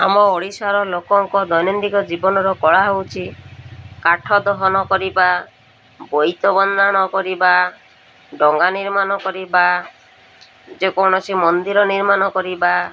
ଆମ ଓଡ଼ିଶାର ଲୋକଙ୍କ ଦୈନନ୍ଦିନ ଜୀବନର କଳା ହେଉଛି କାଠ ଦହନ କରିବା ବୋଇତ ବନ୍ଦାଣ କରିବା ଡଙ୍ଗା ନିର୍ମାଣ କରିବା ଯେକୌଣସି ମନ୍ଦିର ନିର୍ମାଣ କରିବା